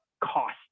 Cost